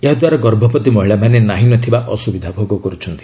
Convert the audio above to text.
ଏହାଦ୍ଧାରା ଗର୍ଭବତୀ ମହିଳାମାନେ ନାହିଁ ନଥିବା ଅସୁବିଧା ଭୋଗ କରୁଛନ୍ତି